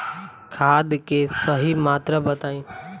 खाद के सही मात्रा बताई?